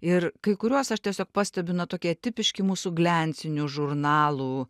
ir kai kuriuos aš tiesiog pastebiu na tokie tipiški mūsų gliancinių žurnalų